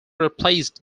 replaced